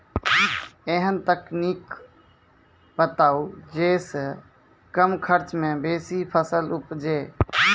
ऐहन तकनीक बताऊ जै सऽ कम खर्च मे बेसी फसल उपजे?